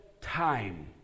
time